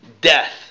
death